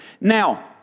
Now